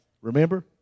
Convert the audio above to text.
Remember